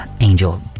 Angel